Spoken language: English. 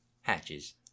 Hatches